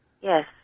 Yes